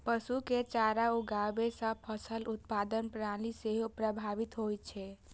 पशु के चारा उगाबै सं फसल उत्पादन प्रणाली सेहो प्रभावित होइ छै